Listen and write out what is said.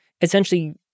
essentially